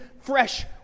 fresh